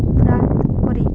ତାପରେ